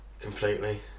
Completely